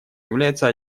является